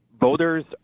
voters